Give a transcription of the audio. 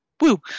woo